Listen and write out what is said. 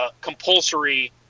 compulsory